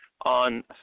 on